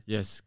Yes